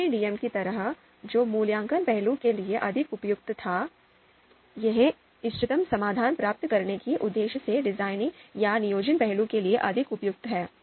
MADM की तरह जो मूल्यांकन पहलू के लिए अधिक उपयुक्त था यह इष्टतम समाधान प्राप्त करने के उद्देश्य से डिजाइन या नियोजन पहलू के लिए अधिक उपयुक्त है